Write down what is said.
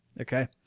Okay